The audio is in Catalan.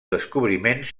descobriments